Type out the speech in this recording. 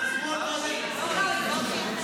תסגרו את המליאה לרבע שעה,